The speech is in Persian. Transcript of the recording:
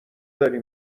داری